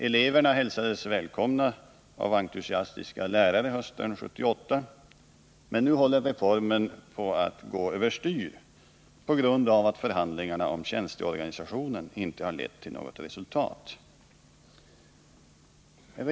Eleverna hälsades välkomna av entusiastiska lärare hösten 1978, men nu håller reformen på att gå över styr på grund av att förhandlingarna om tjänsteorganisationen inte har lett till något resultat.